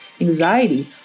anxiety